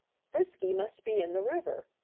frisky must be in the river!